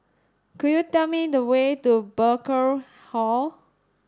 could you tell me the way to Burkill Hall